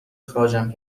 اخراجم